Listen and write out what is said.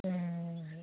उम